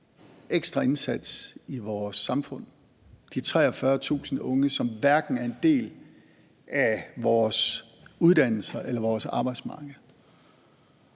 ekstra indsats i vores samfund – de 43.000 unge, som hverken er en del af vores uddannelser eller vores arbejdsmarked.